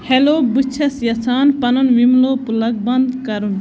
hello بہٕ چھُس یَژھان پنُن وِملو پُلگ بَنٛد کَرُن